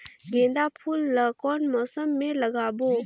गेंदा फूल ल कौन मौसम मे लगाबो?